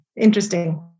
interesting